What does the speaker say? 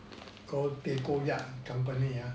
call tay koh yat company ya